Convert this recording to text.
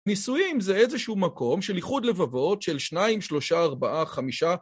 נישואים זה איזשהו מקום של איחוד לבבות של שניים, שלושה, ארבעה, חמישה...